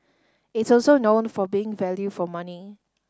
it's also known for being value for money